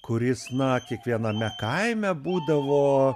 kuris na kiekviename kaime būdavo